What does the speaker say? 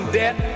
debt